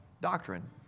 doctrine